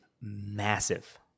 massive